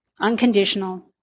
Unconditional